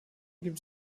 gibt